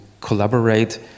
collaborate